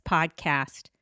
Podcast